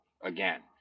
again